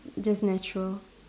just natural